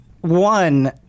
one